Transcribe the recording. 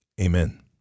Amen